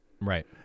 Right